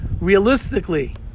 realistically